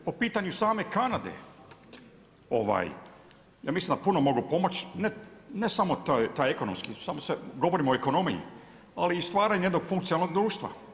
Po pitanju same Kanade ja mislim da puno mogu pomoći, ne samo taj ekonomski, govorimo o ekonomiji ali i stvaranju jednog funkcionalnog društva.